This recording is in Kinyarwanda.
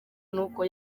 nuko